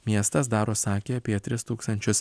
miestas daro sakė apie tris tūkstančius